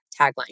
tagline